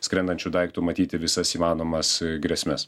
skrendančiu daiktu matyti visas įmanomas grėsmes